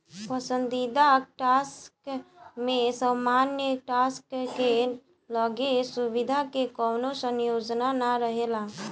पसंदीदा स्टॉक में सामान्य स्टॉक के लगे सुविधा के कवनो संयोजन ना रहेला